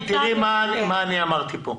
תראי מה אני אמרתי כאן.